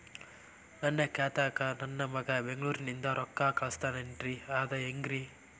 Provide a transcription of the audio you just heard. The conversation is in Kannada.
ನನ್ನ ಖಾತಾಕ್ಕ ನನ್ನ ಮಗಾ ಬೆಂಗಳೂರನಿಂದ ರೊಕ್ಕ ಕಳಸ್ತಾನ್ರಿ ಅದ ಹೆಂಗ್ರಿ?